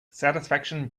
satisfaction